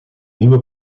nieuwe